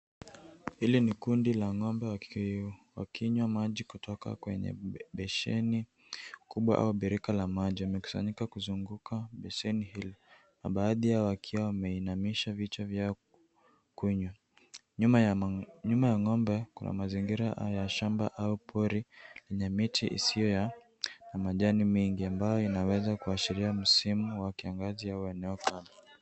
Hili ni kundi la ng'ombe wakinywa maji kutoka kwenye besheni kubwa au birika la maji. Wamekusanyika kuzunguka besheni hiyo, na baadhi yao wakiwa wameinamisha vichwa vyao kunywa. Nyuma ya ng'ombe kuna mazingira ya shamba au pori lenye miti isiyo ya majani mengi ambayo yanaweza kuashiria msimu wa kiangazi au eneo kavu.